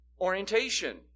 orientation